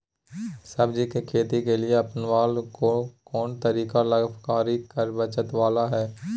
सब्जी के खेती के लिए अपनाबल कोन तरीका लाभकारी कर बचत बाला है?